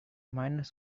miners